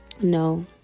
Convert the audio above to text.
no